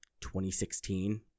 2016